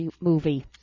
movie